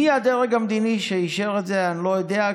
מי הדרג המדיני שאישר את זה אני לא יודע,